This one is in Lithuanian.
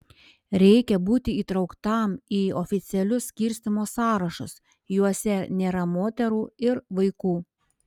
reikia būti įtrauktam į oficialius skirstymo sąrašus juose nėra moterų ir vaikų